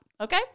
Okay